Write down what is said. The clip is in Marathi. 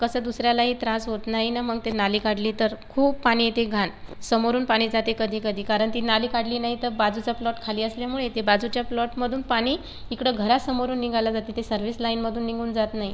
कसं दुसऱ्यालाही त्रास होत नाही ना मग ते नाली काढली तर खूप पाणी येते घाण समोरून पाणी जाते कधी कधी कारण ती नाली काढली नाही तर बाजूचा प्लॉट खाली असल्यामुळे ते बाजूच्या प्लॉटमधून पाणी इकडं घरासमोरून निघालं जाते ते सर्विस लाईनमधून निघून जात नाही